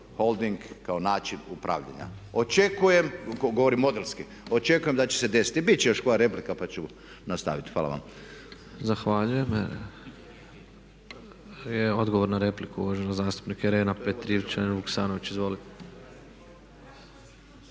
holding kao način upravljanja. Očekujem, govorim modelski, očekujem da će se desiti. Bit će još koja replika pa ću nastaviti. Hvala vam. **Tepeš, Ivan (HSP AS)** Zahvaljujem. Odgovor na repliku uvažena zastupnica Irena Petrijevčanin-Vuksanović.